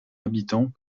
habitant